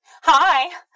Hi